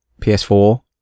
PS4